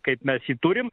kaip mes jį turim